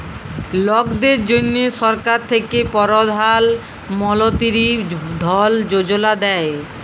লকদের জ্যনহে সরকার থ্যাকে পরধাল মলতিরি ধল যোজলা দেই